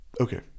Okay